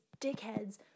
dickheads